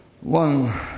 one